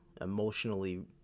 emotionally